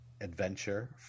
adventure